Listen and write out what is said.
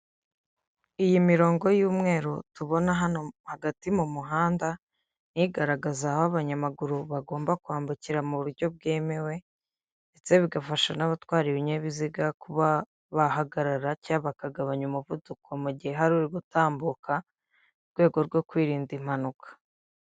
Iyi mirongo y'umweru tubona hano hagati mu muhanda, ni igaragaza aho abanyamaguru bagomba kwambukira mu buryo bwemewe, ndetse bigafasha n'abatwara ibinyabiziga kuba bahagarara cyangwa bakagabanya umuvuduko mu gihe hari uri gutambuka mu rwego rwo kwirinda impanuka.